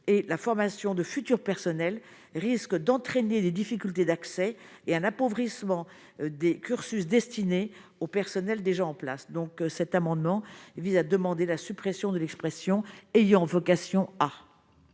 et la formation de futurs personnel risque d'entraîner des difficultés d'accès et un appauvrissement des cursus destiné au personnel déjà en place, donc, cet amendement vise à demander la suppression de l'expression ayant vocation à.